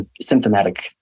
symptomatic